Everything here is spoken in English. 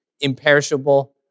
imperishable